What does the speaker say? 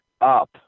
up